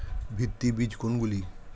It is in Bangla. ভিত্তি বীজ কোনগুলি?